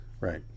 Right